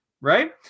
right